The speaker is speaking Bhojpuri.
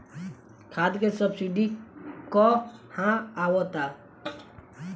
खाद के सबसिडी क हा आवत बा?